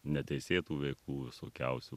neteisėtų veiklų visokiausių